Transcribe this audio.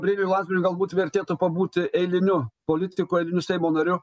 gabrieliui landsbergiui galbūt vertėtų pabūti eiliniu politiku eiliniu seimo nariu